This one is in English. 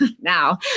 now